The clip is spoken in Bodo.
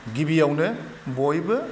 गिबियावनो बयबो